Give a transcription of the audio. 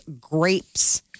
grapes